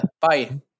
bye